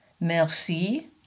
merci